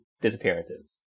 disappearances